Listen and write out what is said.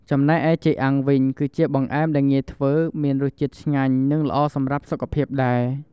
ចំណែកឯចេកអាំងវិញ គឺជាបង្អែមដែលងាយធ្វើ មានរសជាតិឆ្ងាញ់ និងល្អសម្រាប់សុខភាពដែរ។